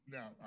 Now